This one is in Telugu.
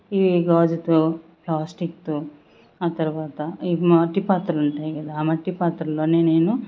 ఈ గాజుతో ప్లాస్టిక్తో ఆ తరవాత ఈ మట్టి పాత్రలు ఉంటాయి కదా మట్టి పాత్రలోనే నేను